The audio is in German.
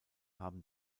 haben